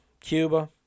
Cuba